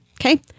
Okay